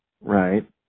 Right